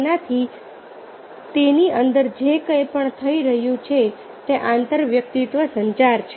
તેથી તેની અંદર જે કંઈ પણ થઈ રહ્યું છે તે આંતરવ્યક્તિત્વ સંચાર છે